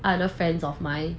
other friends of mine